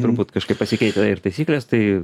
turbūt kažkaip pasikeitę ir taisyklės tai